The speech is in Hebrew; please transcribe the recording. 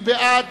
מי בעד?